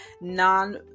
non